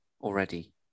already